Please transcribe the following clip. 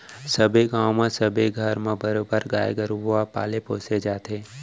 सबे गाँव म सबे घर म बरोबर गाय गरुवा पाले पोसे जाथे